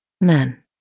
Men